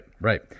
Right